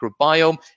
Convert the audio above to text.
microbiome